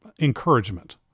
encouragement